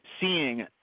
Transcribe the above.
seeing